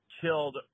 killed